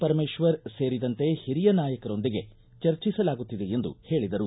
ಪರಮೇಶ್ವರ್ ಸೇರಿದಂತೆ ಹಿರಿಯ ನಾಯಕರೊಂದಿಗೆ ಚರ್ಚಿಸಲಾಗುತ್ತಿದೆ ಎಂದು ಹೇಳದರು